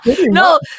No